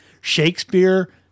Shakespeare